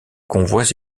convois